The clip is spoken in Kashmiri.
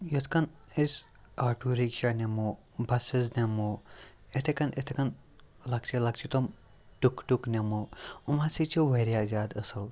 یِتھ کَن أسۍ آٹوٗ رِکشا نِمو بَسٕز نِمو اِتھَے کٔنۍ اِتھَے کٔنۍ لۄکچہِ لۄکچہِ تم ٹُک ٹُک نِمو یِم ہَسا چھِ واریاہ زیادٕ أصٕل